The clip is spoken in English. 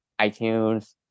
iTunes